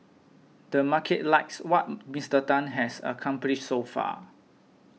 the market likes what Mister Tan has accomplished so far